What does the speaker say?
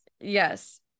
yes